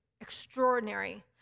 extraordinary